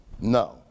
no